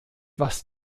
was